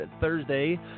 Thursday